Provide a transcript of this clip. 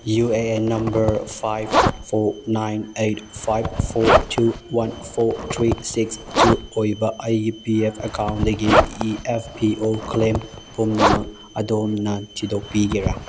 U A N number five four nine eight five four two one four three six two ꯑꯣꯏꯕ ꯑꯩꯒꯤ P F ꯑꯦꯛꯀꯥꯎꯟꯇꯒꯤ E F P O claim ꯄꯨꯝꯅꯃꯛ ꯑꯗꯣꯝꯅ ꯊꯤꯗꯣꯛꯄꯤꯒꯦꯔꯥ